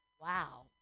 wow